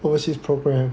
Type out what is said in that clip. policies programme